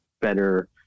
better